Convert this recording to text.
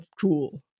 tool